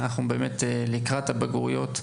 אנחנו לקראת הבגרויות.